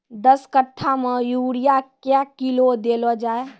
दस कट्ठा मे यूरिया क्या किलो देलो जाय?